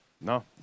no